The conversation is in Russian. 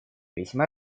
весьма